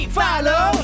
follow